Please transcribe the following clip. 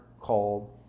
called